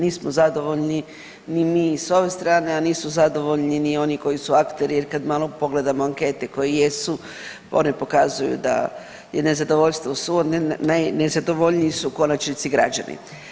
Nismo zadovoljni ni mi s ove strane, a nisu zadovoljni ni oni koji su akteri jer kad malo pogledamo ankete koje jesu one pokazuju da je nezadovoljstvo svo, najnezadovoljniji su u konačnici građani.